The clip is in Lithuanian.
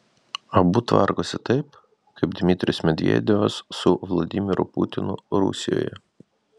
abu tvarkosi taip kaip dmitrijus medvedevas su vladimiru putinu rusijoje